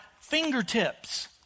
fingertips